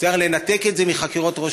צריך לנתק את זה מחקירות ראש